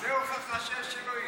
זה ההוכחה שיש אלוהים.